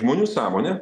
žmonių sąmonę